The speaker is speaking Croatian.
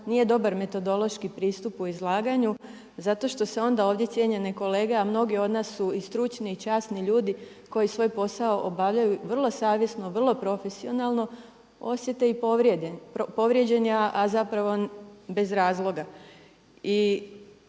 nije dobar metodološki pristup u izlaganju zato što se onda ovdje cijenjene kolege, a mnogi od nas su i stručni i časni ljudi koji svoj posao obavljaju vrlo savjesno, vrlo profesionalno osjete i povrijeđeni a zapravo bez razloga.